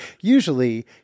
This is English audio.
Usually